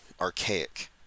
archaic